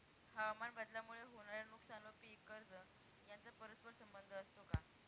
हवामानबदलामुळे होणारे नुकसान व पीक कर्ज यांचा परस्पर संबंध असतो का?